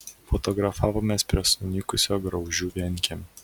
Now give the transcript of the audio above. fotografavomės prie sunykusio graužių vienkiemio